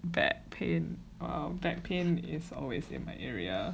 that pain oh that pain is always in my area